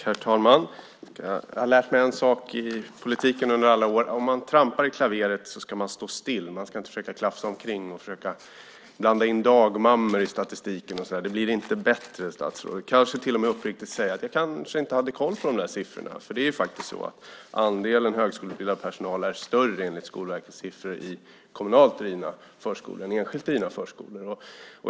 Herr talman! Jag har lärt mig en sak under alla år i politiken. Trampar man i klaveret ska man stå still. Man ska inte klafsa omkring och till exempel blanda in dagmammor i statistiken. Det blir inte bättre, statsrådet. Man kan i stället säga uppriktigt: Jag kanske inte hade koll på siffrorna. Det är faktiskt så att enligt Skolverkets siffror är andelen högskoleutbildad personal större i kommunalt drivna förskolor än i enskilt drivna förskolor.